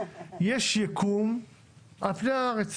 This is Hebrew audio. יש יקום על פני הארץ